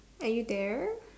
are you there